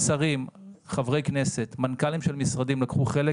שרים, חברי כנסת, מנכ"לים של משרדים לקחו חלק